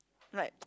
like